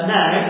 now